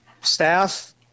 staff